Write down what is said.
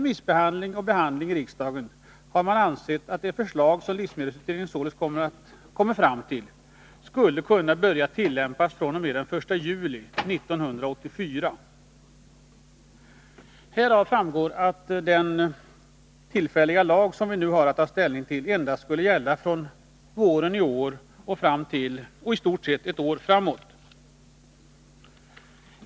Man har ansett att det förslag som livsmedelsutredningen lägger fram, efter remissbehandling och behandling i riksdagen, skulle kunna tillämpas fr.o.m. den 1 juli 1984. Härav framgår att den tillfälliga lag som vi nu har att ta ställning till endast skulle gälla från våren i år och i stort sett ett år framåt.